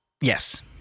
Yes